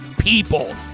people